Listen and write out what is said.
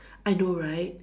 I know right